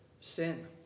sin